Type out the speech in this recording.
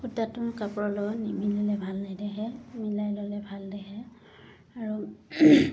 সূটাটোৰ কাপোৰৰ লগত নিমিলিলে ভাল নেদেখে মিলাই ল'লে ভাল দেখে আৰু